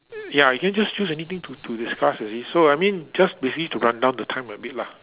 ya can you just choose anything to to discuss so I mean just basically to run down the time a bit lah